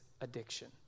addiction